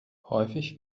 häufig